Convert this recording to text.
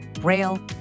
rail